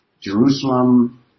Jerusalem